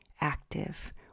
active